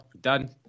done